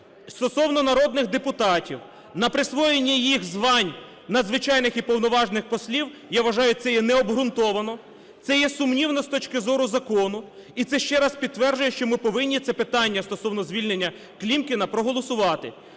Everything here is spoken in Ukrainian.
стосовно народних депутатів на присвоєння їм звань надзвичайних і повноважних послів, я вважаю, це є необґрунтовано, це є сумнівно з точки зору закону. І це ще раз підтверджує, що ми повинні це питання стосовно звільнення Клімкіна проголосувати.